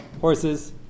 Horses